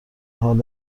حال